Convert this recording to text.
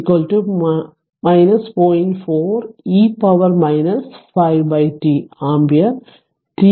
4 e power 5 t ampere t 0